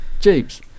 Jeeps